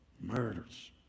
Murders